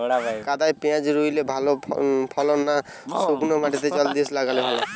কাদায় পেঁয়াজ রুইলে ভালো ফলন না শুক্নো মাটিতে জল দিয়ে লাগালে?